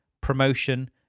promotion